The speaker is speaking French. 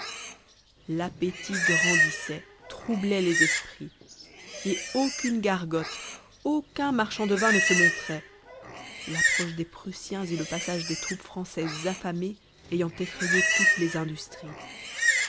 l'appétit grandissait troublait les esprits et aucune gargote aucun marchand de vin ne se montraient l'approche des prussiens et le passage des troupes françaises affamées ayant effrayé toutes les industries